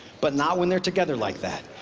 but not when they're together like that.